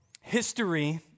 history